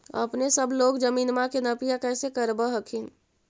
अपने सब लोग जमीनमा के नपीया कैसे करब हखिन?